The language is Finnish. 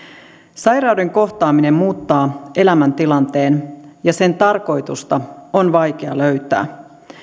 sairauden kohtaaminen muuttaa elämäntilanteen ja sen tarkoitusta on vaikea löytää